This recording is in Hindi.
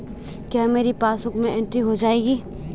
क्या मेरी पासबुक में एंट्री हो जाएगी?